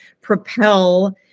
propel